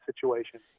situation